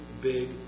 big